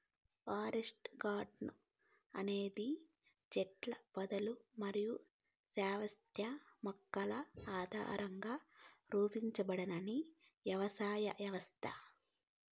forest garden అనేది చెట్లు, పొదలు మరియు శాశ్వత మొక్కల ఆధారంగా రూపొందించబడిన వ్యవసాయ వ్యవస్థ